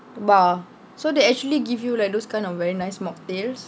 bar so they actually give you like those kind of very nice mocktails